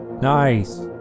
nice